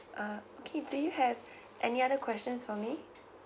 uh okay do you have any other questions for me